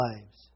lives